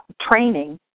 training